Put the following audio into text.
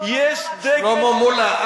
שלמה מולה,